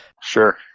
Sure